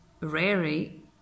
rarely